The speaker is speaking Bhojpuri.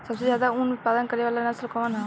सबसे ज्यादा उन उत्पादन करे वाला नस्ल कवन ह?